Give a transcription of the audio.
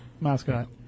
mascot